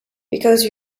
because